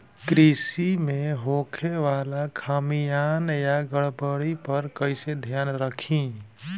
कृषि में होखे वाला खामियन या गड़बड़ी पर कइसे ध्यान रखि?